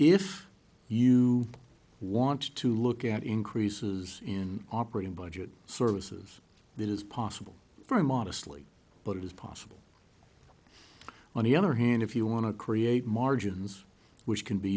if you want to look at increases in operating budget services that is possible very modestly but it is possible on the other hand if you want to create margins which can be